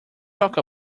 talk